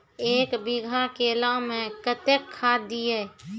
एक बीघा केला मैं कत्तेक खाद दिये?